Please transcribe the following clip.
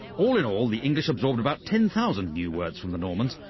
all in all, the english absorbed about ten thousand new words from the normans,